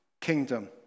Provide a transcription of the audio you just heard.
kingdom